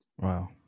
Wow